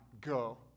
go